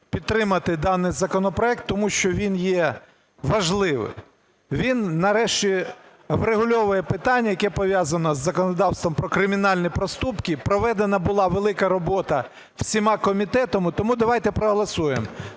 підтримати даний законопроект, тому що він є важливим. Він нарешті врегульовує питання, яке пов'язане з законодавством про кримінальні проступки. Проведена була велика робота всіма комітетами. Тому давайте проголосуємо.